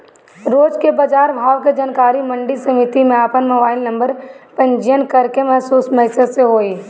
रोज के बाजार भाव के जानकारी मंडी समिति में आपन मोबाइल नंबर पंजीयन करके समूह मैसेज से होई?